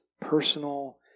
personal